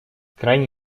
крайне